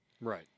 Right